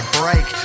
break